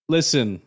Listen